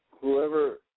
Whoever